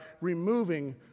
removing